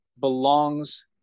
belongs